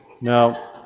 Now